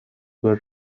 were